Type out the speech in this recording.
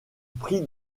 prit